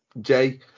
Jay